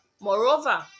moreover